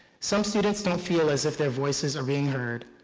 some students don't feel as if their voices are being heard,